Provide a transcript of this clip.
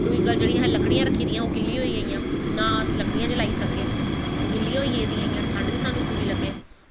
दुई गल्ल जेह्ड़ी असें लकड़ियां रक्खी दियां हां ओह् गिल्लियां होई गेइया ना अस लकड़ियां जलाई सके ओह् गिल्लियां होई गेदियां हा ठंड बी सानूं लग्गै